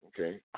Okay